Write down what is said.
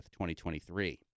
2023